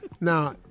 Now